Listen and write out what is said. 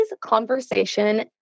conversation